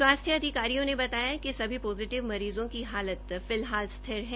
स्वास्थ्य अधिकारियों ने बताया कि सभी पोजीटिव मरीज़ो के हालत फिलहाल स्थिर है